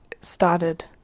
started